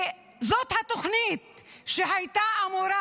וזאת התוכנית שהייתה אמורה,